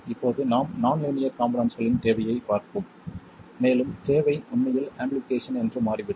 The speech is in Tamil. இப்போது நாம் நான் லீனியர் காம்போனெண்ட்ஸ்களின் தேவையைப் பார்ப்போம் மேலும் தேவை உண்மையில் ஆம்பிளிபிகேஷன் என்று மாறிவிடும்